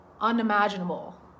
unimaginable